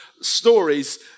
stories